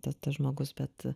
tas žmogus bet